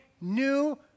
new